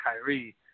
Kyrie